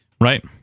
Right